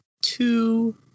two